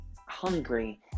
hungry